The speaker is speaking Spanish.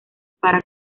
para